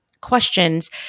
questions